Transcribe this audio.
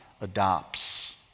adopts